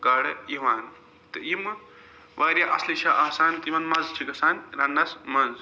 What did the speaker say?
گاڈٕ یِوان تہٕ یِمہٕ واریاہ اَصلہِ چھِ آسان تہٕ یِمَن مَزٕ چھِ گَژھان رَنٛنَس مَنٛز